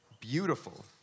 beautiful